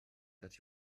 that